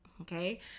okay